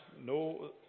No